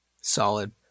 Solid